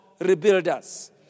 rebuilders